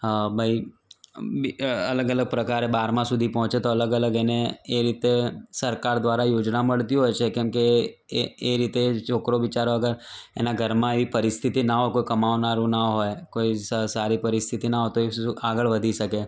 ભાઈ અલગ અલગ પ્રકારે બારમા સુધી પહોંચે તો અલગ અલગ એને એ રીતે સરકાર દ્વારા યોજના મળતી હોય છે કેમકે એ એ રીતે છોકરો બિચારો અગર એનાં ઘરમાં એવી પરિસ્થિતિ ના હોય કોઈ કમાનારું ના હોય કોઈ સારી પરિસ્થિતિ ના હોય તો એ શું આગળ વધી શકે